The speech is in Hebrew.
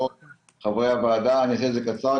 את לא מודעת מה קורה בבית חולים העמק?